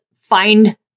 find